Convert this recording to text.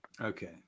Okay